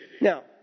Now